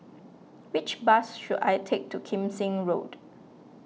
which bus should I take to Kim Seng Road